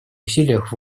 усилиях